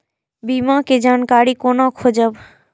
बीमा के जानकारी कोना खोजब?